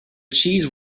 cheese